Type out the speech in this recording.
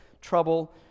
trouble